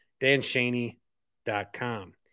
danshaney.com